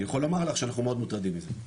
אני יכול לומר לך שאנחנו מאוד מוטרדים מזה,